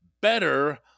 Better